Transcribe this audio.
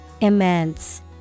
Immense